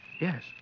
Yes